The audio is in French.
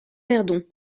verdon